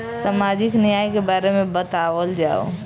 सामाजिक न्याय के बारे में बतावल जाव?